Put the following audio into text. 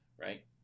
right